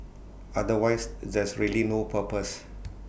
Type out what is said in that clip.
otherwise there's really no purpose